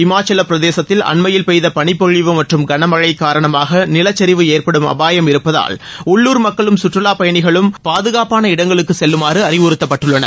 இமாச்சலப்பிரதேசத்தில் அண்மையில் பெய்த பளிப்பொழிவு மற்றும் கனமழை காரணமாக நிலச்சரிவு ஏற்படும் அபாயம் இருப்பதால் உள்ளுர் மக்களும் கற்றுலா பயணிகளும் பாதுகாப்பான இடங்களுக்கு செல்லுமாறு அறிவுறுத்தப்பட்டுள்ளனர்